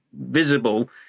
visible